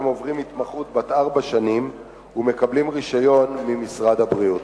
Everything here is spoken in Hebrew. הם עוברים התמחות בת ארבע שנים ומקבלים רשיון ממשרד הבריאות.